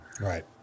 Right